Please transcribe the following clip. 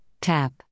tap